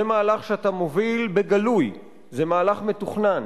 זה מהלך שאתה מוביל בגלוי, זה מהלך מתוכנן.